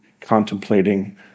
contemplating